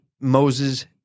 Moses